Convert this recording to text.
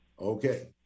Okay